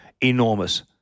enormous